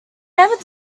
never